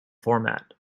format